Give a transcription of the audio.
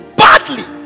badly